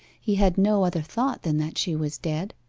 he had no other thought than that she was dead.